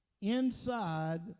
inside